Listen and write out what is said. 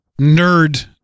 nerd